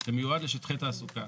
זה מיועד לשטחי תעסוקה.